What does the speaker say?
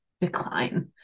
Decline